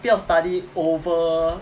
不要 study over